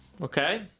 Okay